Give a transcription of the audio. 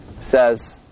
says